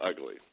ugly